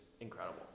incredible